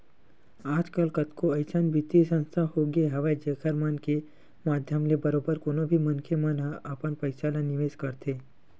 आजकल कतको अइसन बित्तीय संस्था होगे हवय जेखर मन के माधियम ले बरोबर कोनो भी मनखे मन ह अपन पइसा ल निवेस करथे